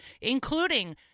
including